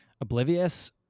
oblivious